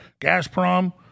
Gazprom